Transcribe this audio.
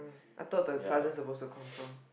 I thought the sergeant supposed to confirm